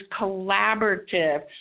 collaborative